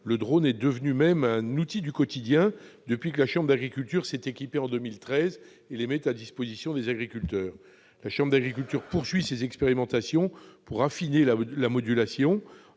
sont même devenus un outil du quotidien depuis que la chambre d'agriculture s'est équipée en 2013 et les met à disposition des agriculteurs. La chambre d'agriculture poursuit ses expérimentations pour affiner la modulation